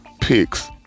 picks